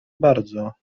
bardzo